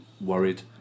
worried